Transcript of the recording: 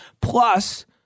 plus